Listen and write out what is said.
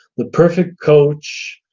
the perfect coach.